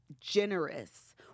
generous